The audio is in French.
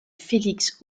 félix